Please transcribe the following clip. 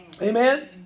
Amen